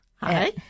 Hi